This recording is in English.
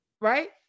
Right